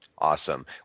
Awesome